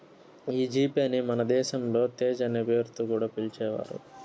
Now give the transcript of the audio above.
ఈ జీ పే ని మన దేశంలో తేజ్ అనే పేరుతో కూడా పిలిచేవారు